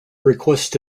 request